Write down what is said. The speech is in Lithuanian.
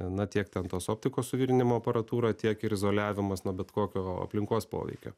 na tiek ten tos optikos suvirinimo aparatūra tiek ir izoliavimas nuo bet kokio aplinkos poveikio